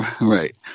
Right